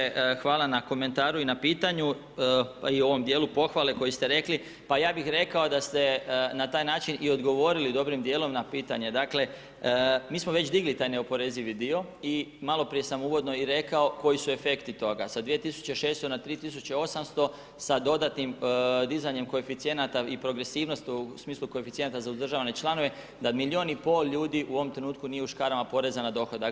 Uvaženi zastupniče, hvala na komentaru i na pitanju, pa i u ovom dijelu pohvale koji ste rekli, pa ja bih rekao da ste na taj način i odgovorili dobrim dijelom na pitanje, dakle, mi smo već digli taj neoporezivi dio i maloprije sam uvodno i rekao koji su efekti toga sa 2.600,00 kn na 3.800,00 kn sa dodatnim dizanjem koeficijenata i progresivnost u smislu koeficijenta za uzdržavane članove da milijun i pol ljudi u ovom trenutku nije u škarama poreza na dohodak.